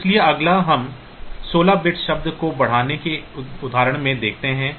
इसलिए अगला हम 16 बिट शब्द को बढ़ाने के उदाहरण में देखते हैं